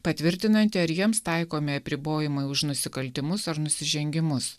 patvirtinantį ar jiems taikomi apribojimai už nusikaltimus ar nusižengimus